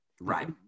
right